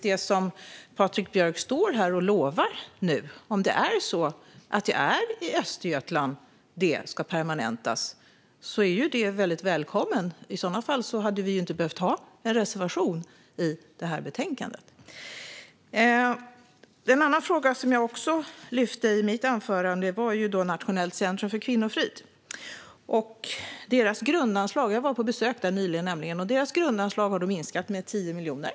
Det som Patrik Björck nu står här och lovar är faktiskt ganska viktigt. Om det ska permanentas i Östergötland är det väldigt välkommet. I sådana fall hade vi inte behövt ha en reservation om det i betänkandet. En annan fråga som jag lyfte i mitt anförande gällde Nationellt centrum för kvinnofrid. Jag var nyligen på besök där. Deras grundanslag har minskat med 10 miljoner.